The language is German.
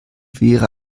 wäre